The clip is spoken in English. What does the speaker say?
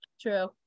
True